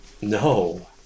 No